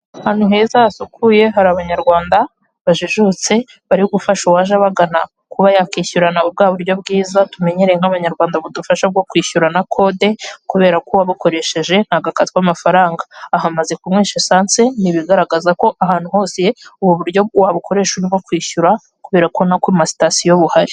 Ni muri gare hari haparitse imodoka za kwasiteri zikoreshwa na ajanse ya sitela.